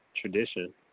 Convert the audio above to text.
tradition